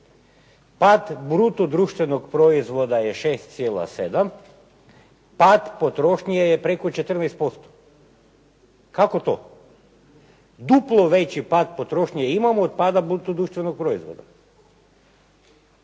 Pad bruto društvenog proizvoda je 6,7, pad potrošnje je preko 14%. Kako to? Duplo veći pad potrošnje imamo od pada bruto društvenog proizvoda.